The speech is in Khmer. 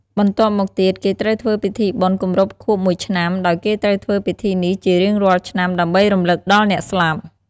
បន្ទប់មកទៀតគេត្រូវធ្វើពិធីបុណ្យគម្រប់ខួបមួយឆ្នាំដោយគេត្រូវធ្វើពិធីនេះជារៀងរាល់ឆ្នាំ ដើម្បីរំលឹកដល់អ្នកស្លាប់។